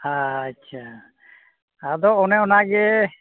ᱟᱪᱪᱷᱟ ᱟᱫᱚ ᱚᱱᱮ ᱚᱱᱟᱜᱮ